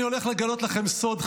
אני הולך לגלות לכם סוד,